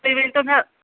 تُہۍ ؤنتو مےٚ